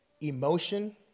emotion